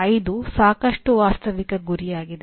5 ಸಾಕಷ್ಟು ವಾಸ್ತವಿಕ ಗುರಿಯಾಗಿದೆ